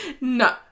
No